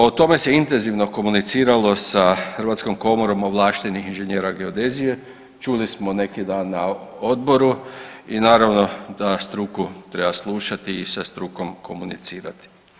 O tome se intenzivno komuniciralo sa Hrvatskom komorom ovlaštenih inženjera geodezije, čuli smo neki dan na odboru i naravno da struku treba slušati i sa strukom komunicirati.